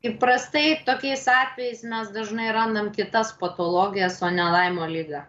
įprastai tokiais atvejais mes dažnai randam kitas patologijas o ne laimo ligą